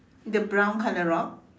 the brown colour rock